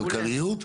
כלכליות,